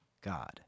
god